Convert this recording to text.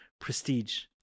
prestige